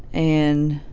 and